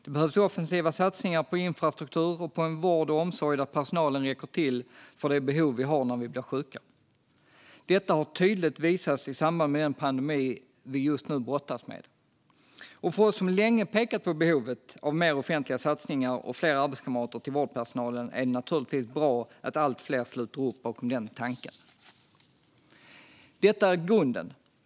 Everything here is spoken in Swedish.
Det behövs offensiva satsningar på infrastruktur och på en vård och omsorg där personalen räcker till för de behov vi har när vi blir sjuka. Detta har tydligt visats i samband med den pandemi vi just nu brottas med, och för oss som länge pekat på behovet av ökade offentliga satsningar och fler arbetskamrater till vårdpersonalen är det naturligtvis bra att allt fler sluter upp bakom den tanken. Detta är grunden.